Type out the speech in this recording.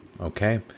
okay